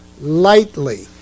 lightly